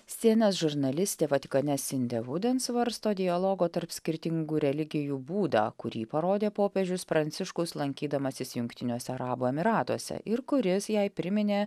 si en es žurnalistė vatikane sindė vuden svarsto dialogo tarp skirtingų religijų būdą kurį parodė popiežius pranciškus lankydamasis jungtiniuose arabų emyratuose ir kuris jai priminė